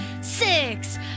six